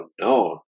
no